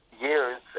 years